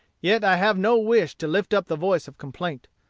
yet i have no wish to lift up the voice of complaint.